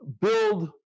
build